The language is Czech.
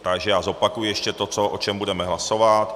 Takže já zopakuji ještě to, o čem budeme hlasovat.